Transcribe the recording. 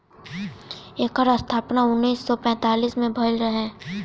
एकर स्थापना उन्नीस सौ पैंतीस में भइल रहे